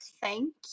thank